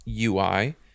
UI